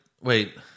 Wait